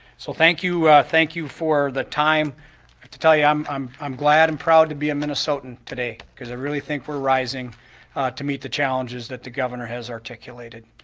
so thank you, thank you for the time to tell you i'm um i'm glad and proud to be a minnesotan today because i really think we're rising to meet the challenges that the governor has articulated.